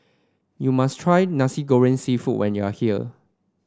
you must try Nasi Goreng seafood when you are here